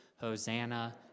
Hosanna